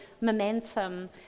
momentum